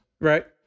Right